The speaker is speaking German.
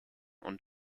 und